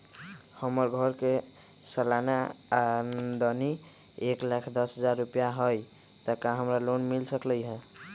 हमर घर के सालाना आमदनी एक लाख दस हजार रुपैया हाई त का हमरा लोन मिल सकलई ह?